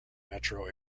metro